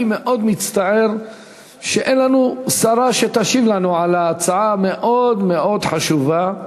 אני מאוד מצטער שאין לנו שרה שתשיב לנו על ההצעה המאוד-מאוד חשובה.